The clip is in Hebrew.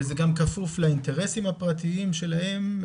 זה גם כפוף לאינטרסים הפרטיים שלהם,